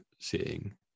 seeing